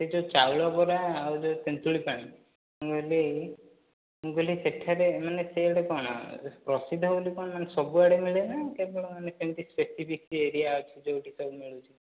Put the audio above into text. ସେ ଯୋଉ ଚାଉଳ ବରା ଆଉ ତେନ୍ତୁଳି ପାଣି ମୁଁ କହିଲି ମୁଁ କହିଲି ସେଠାରେ ମାନେ ସେ ଗୋଟେ କ'ଣ ପ୍ରସିଦ୍ଧ ବୋଲି କ'ଣ ସବୁଆଡ଼େ ମିଳେ ନା କେବଳ ଆମେ ସେମିତି ସ୍ପେସିଫିକ୍ ଏରିଆ ଅଛି ଯୋଉଠି ସବୁ ମିଳୁଛି